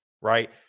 right